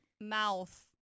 mouth